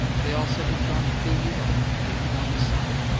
they all said he'd gone to fill you up, and get you on his side.